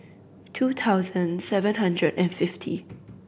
two thousand seven hundred and fifty